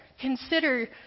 Consider